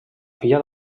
filla